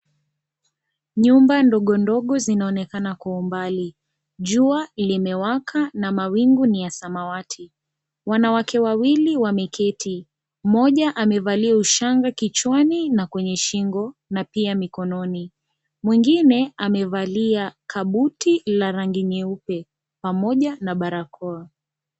Nyumba ndogo ndogo zinaonekana kwa mbali, jua limewaka na mawingu ni ya samawati. Wanawake wawili wameketi. Mmoja amevalia ushanga kichwani na kwenye shingo na pia mikononi. Mwingine amevalia kabuti la rangi nyeupe, pamoja na barakoa.